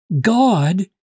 God